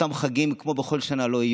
אותם חגים לא יהיו כמו בכל שנה.